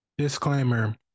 Disclaimer